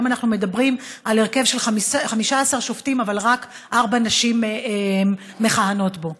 היום אנחנו מדברים על הרכב של 15 שופטים אבל רק ארבע נשים מכהנות בו.